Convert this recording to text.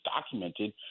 documented